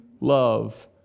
love